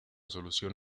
solución